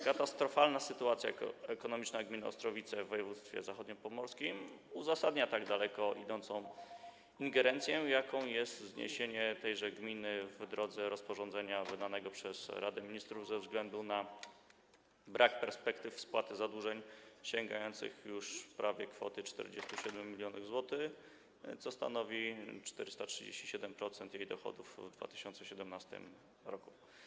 Katastrofalna sytuacja ekonomiczna gminy Ostrowice w województwie zachodniopomorskim uzasadnia tak daleko idącą ingerencję, jaką jest zniesienie tejże gminy w drodze rozporządzenia wydanego przez Radę Ministrów, ze względu na brak perspektyw spłaty zadłużeń sięgających już prawie kwoty 47 mln zł, co stanowi 437% jej dochodów w 2017 r.